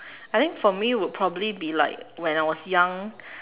I think for me would probably be like when I was young